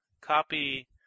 copy